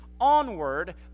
onward